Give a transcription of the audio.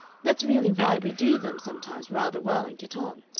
that's really why we do them sometimes rather well and get on.